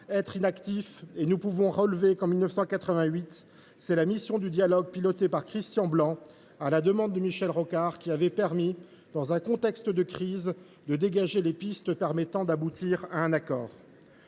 ». En effet, nous pouvons relever que, en 1988, c’est la mission du dialogue pilotée par Christian Blanc, à la demande de Michel Rocard, qui avait permis, dans un contexte de crise, de dégager les pistes permettant d’aboutir à un accord.